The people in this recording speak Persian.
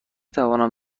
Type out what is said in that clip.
توانم